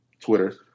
Twitter